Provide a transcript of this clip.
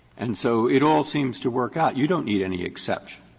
and so it all seems to work out. you don't need any exception.